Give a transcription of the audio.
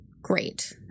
Great